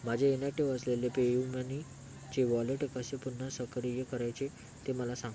माझे इनॅक्टिव असलेले पेयूमनीचे वॉलेट कसे पुन्हा सक्रिय करायचे ते मला सांग